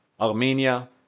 Armenia